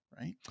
right